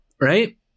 right